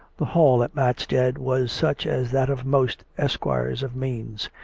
the hall at matstead was such as that of most esquires of means.